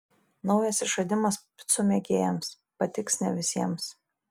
naujas išradimas picų mėgėjams patiks ne visiems